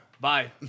Bye